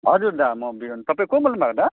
हजुर दा म बिरन तपाईँ को बोल्नुभएको दा